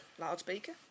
Loudspeaker